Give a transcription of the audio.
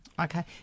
Okay